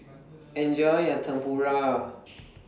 Enjoy your Tempura